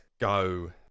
go